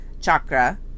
chakra